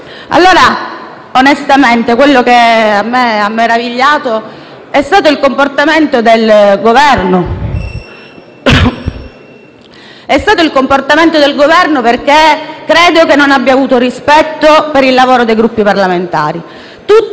quadro. Onestamente, quello che mi ha meravigliato è stato il comportamento del Governo, perché credo che non abbia avuto rispetto del lavoro dei Gruppi parlamentari.